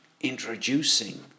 introducing